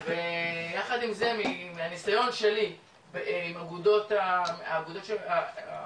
ויחד עם זה מהניסיון שלי עם האיגודים,